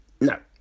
No